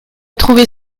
trouver